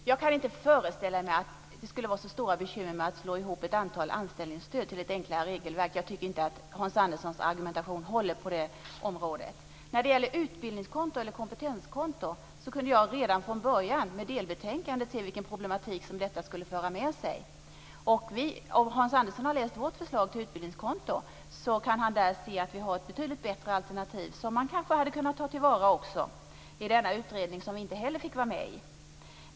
Herr talman! Jag kan inte föreställa mig att det skulle vara så stora bekymmer med att slå ihop ett antal anställningsstöd till ett enklare regelverk. Jag tycker inte att Hans Anderssons argumentation håller på det området. När det gäller utbildningskonto eller kompetenskonto kunde jag redan från början, med delbetänkandet, se vilken problematik som detta skulle föra med sig. Om Hans Andersson har läst vårt förslag till utbildningskonto kan han se att vi har ett betydligt bättre alternativ, som man kanske också hade kunnat ta till vara i denna utredning, som vi inte heller fick vara med i.